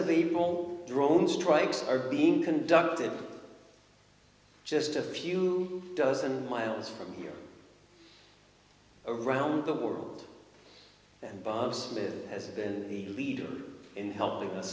more drone strikes are being conducted just a few dozen miles from here around the world and bob's live has been the leader in helping us